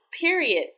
Period